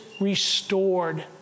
restored